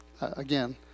Again